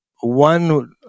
One